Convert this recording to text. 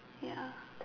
ya